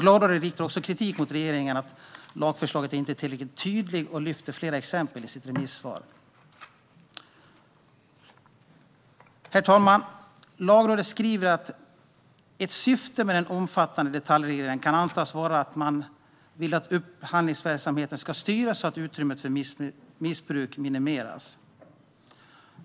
Lagrådet riktar också kritik mot att regeringens lagförslag inte är tillräckligt tydligt och lyfter upp flera exempel i sitt remissvar. Herr talman! Lagrådet skriver att ett syfte med den omfattande detaljregleringen kan antas vara att man vill att upphandlingsverksamheten ska styras så att utrymmet för missbruk minimeras.